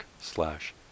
slash